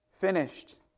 Finished